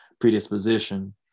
predisposition